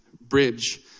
bridge